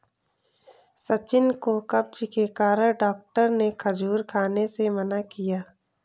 सचिन को कब्ज के कारण डॉक्टर ने खजूर खाने से मना किया